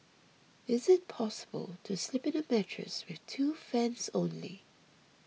is it possible to sleep in a mattress with two fans only